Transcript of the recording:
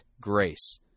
grace